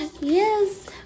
Yes